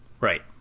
Right